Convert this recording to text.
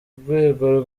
rwego